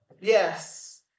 Yes